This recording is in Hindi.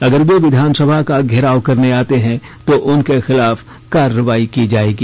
अगर वे विधानसभा का धेराव करने आते हैं तो उनके खिलाफ कार्रवाई की जाएगी